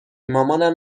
مامانم